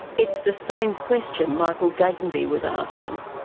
it's the same question michael gatenby was asking.